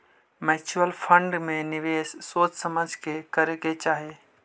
mutual fund में निवेश सोच समझ के करे के चाहि